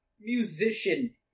musician